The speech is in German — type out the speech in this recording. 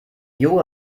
yoga